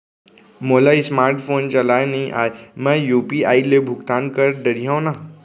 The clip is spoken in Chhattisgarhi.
मोला स्मार्ट फोन चलाए नई आए मैं यू.पी.आई ले भुगतान कर डरिहंव न?